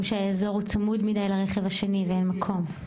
שהאזור הוא צמוד מדי לרכב השני ואין מקום.